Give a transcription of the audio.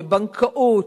בבנקאות,